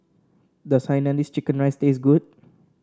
does Hainanese Chicken Rice taste good